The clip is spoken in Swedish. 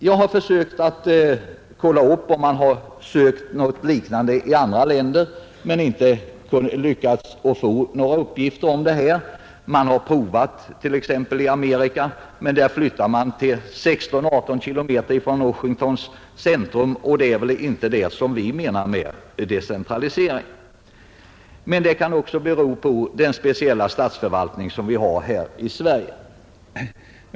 Jag har försökt att kolla upp om liknande åtgärder har prövats i andra länder men har inte lyckats få några uppgifter om det. Man har gjort försök t.ex. i Amerika, men där har man begränsat sig till att flytta 16 — 18 km från Washingtons centrum, och det är väl inte vad vi menar med decentralisering. Men det kan också bero på den speciella form av statsförvaltning vi har här i Sverige.